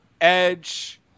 Edge